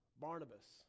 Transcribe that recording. Barnabas